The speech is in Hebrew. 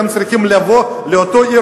אתם צריכים לבוא לאותה עיר,